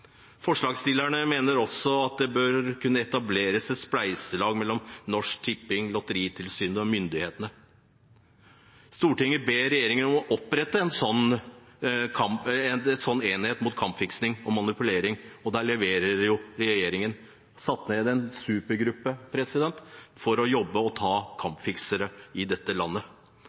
Forslagsstillerne mener også at det bør kunne etableres et spleiselag mellom Norsk Tipping, Lotteritilsynet og myndighetene. Stortinget ber regjeringen om å opprette en nasjonal enhet mot kampfiksing og manipulering, og der leverer jo regjeringen. Det er satt ned en supergruppe for å jobbe med å ta